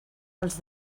els